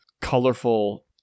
colorful